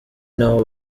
naho